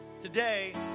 today